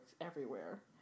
everywhere